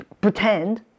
pretend